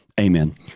Amen